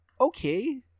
okay